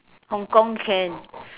Hong-Kong can